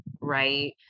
right